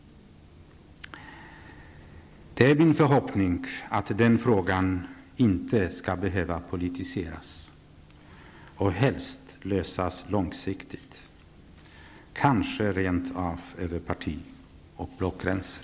Det är min förhoppning att den frågan inte skall behöva politiseras och helst lösas långsiktigt, kanske rent av över parti och blockgränser.